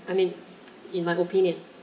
I mean in my opinion